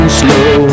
slow